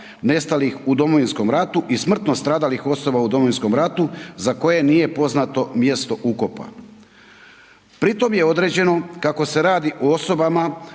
nestalih u Domovinskom ratu i smrtno stradalih osoba u Domovinskom ratu za koje nije poznato mjesto ukopa. Pri tom je određeno kako se radi o osobama